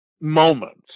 moments